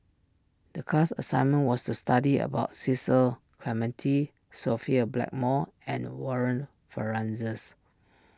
the class assignment was to study about Cecil Clementi Sophia Blackmore and Warren Fernandez's